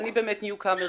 אז אני באמת new comer,